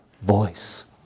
voice